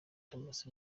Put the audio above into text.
thomas